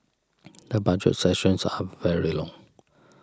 the Budget sessions are very long